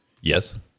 Yes